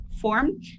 form